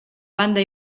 banda